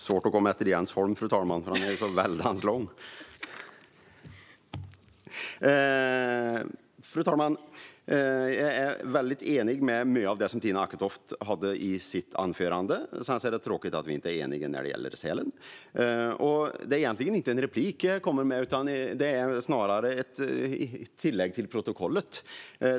Fru talman! Jag instämmer i mycket av det som Tina Acketoft sa i sitt anförande. Det är dock tråkigt att vi inte är eniga vad gäller sälen. Detta är egentligen inte en replik, utan jag vill snarare göra ett tillägg till protokollet.